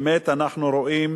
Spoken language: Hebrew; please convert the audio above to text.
באמת אנחנו רואים